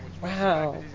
Wow